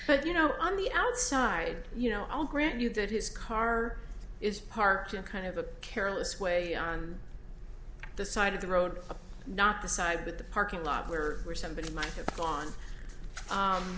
but you know on the outside you know i'll grant you that his car is parked in kind of a careless way on the side of the road not the side with the parking lot where somebody might have gone